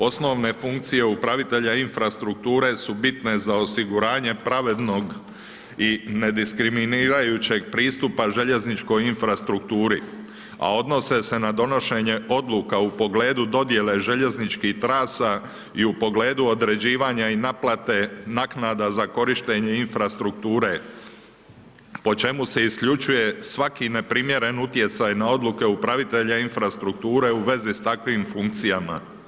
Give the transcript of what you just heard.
Osnovne funkcije upravitelja infrastrukture su bitne za osiguranje pravednog i nediskriminirajućeg pristupa željezničkoj infrastrukturi a odnose se na donošenje odluka u pogledu dodijele željezničkih trasa i u pogledu određivanja i naplate naknade za korištenje infrastrukture, po čemu se isključuje svaki neprimjeren utjecaj na odluke upravitelja infrastrukture, u vezi s takvim funkcijama.